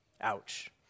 Ouch